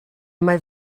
mae